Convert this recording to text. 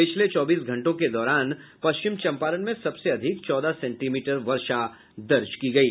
पिछले चौबीस घंटों के दौरान पश्चिम चम्पारण में सबसे अधिक चौदह सेंटीमीटर वर्षा दर्ज की गयी